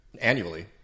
annually